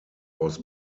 was